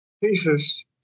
thesis